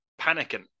panicking